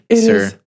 sir